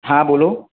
હા બોલો